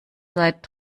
seit